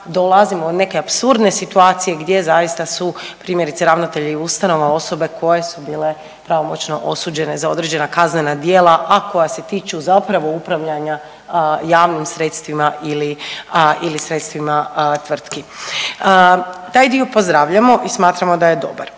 dolazimo u neke apsurdne situacije gdje zaista su primjerice ravnatelji ustanova osobe koje su bile pravomoćno osuđene za određena kaznena djela, a koja se tiču zapravo upravljanja javnim sredstvima ili, ili sredstvima tvrtki. Taj dio pozdravljamo i smatramo da je dobar.